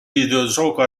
videogioco